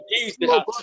Jesus